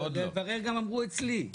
"לברר" הם אמרו גם אצלי.